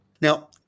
Now